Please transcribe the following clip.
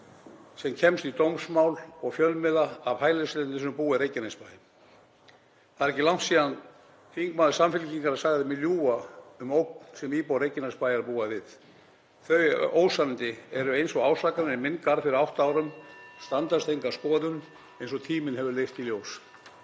sem kemst í dómsmál og fjölmiðla af hælisleitendum sem búa í Reykjanesbæ. Það er ekki langt síðan þingmaður Samfylkingarinnar sagði mig ljúga um ógn sem íbúar Reykjanesbæjar búa við. Þau ósannindi eru eins og ásakanir í minn garð fyrir átta árum; standast enga skoðun, eins og tíminn hefur leitt í ljós.